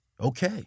Okay